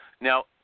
Now